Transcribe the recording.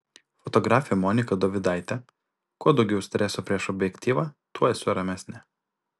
fotografė monika dovidaitė kuo daugiau streso prieš objektyvą tuo esu ramesnė